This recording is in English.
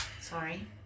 Sorry